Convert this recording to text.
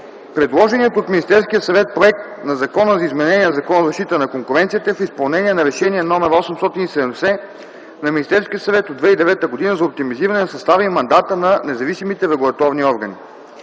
Предложеният от Министерския съвет Законопроект за изменение на Закона за защита на конкуренцията е в изпълнение на Решение № 870 на Министерския съвет от 2009 г. за оптимизиране на състава и мандата на независимите регулаторни органи.